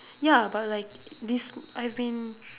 ya but like this I've been